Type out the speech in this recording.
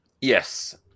yes